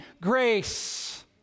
grace